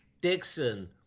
Dixon